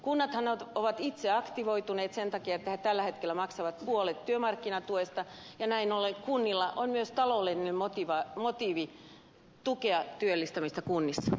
kunnathan ovat itse aktivoituneet sen takia että ne tällä hetkellä maksavat puolet työmarkkinatuesta ja näin ollen kunnilla on myös taloudellinen motiivi tukea työllistämistä kunnissa